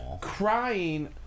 crying